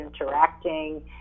interacting